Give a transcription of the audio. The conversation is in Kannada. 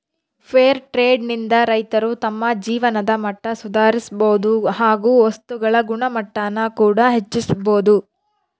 ಫೇರ್ ಟ್ರೆಡ್ ನಿಂದ ರೈತರು ತಮ್ಮ ಜೀವನದ ಮಟ್ಟ ಸುಧಾರಿಸಬೋದು ಹಾಗು ವಸ್ತುಗಳ ಗುಣಮಟ್ಟಾನ ಕೂಡ ಹೆಚ್ಚಿಸ್ಬೋದು